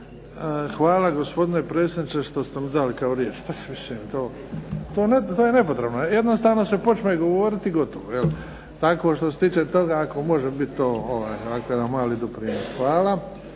hvala gospodine predsjedniče što ste mi dali riječ. To je nepotrebno. Jednostavno se počne govoriti i gotovo. Tako što se tiče toga, ako može biti jedan mali doprinos. Hvala.